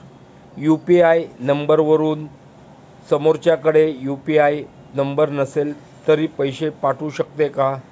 UPI नंबरवरून समोरच्याकडे UPI number नसेल तरी पैसे पाठवू शकते का?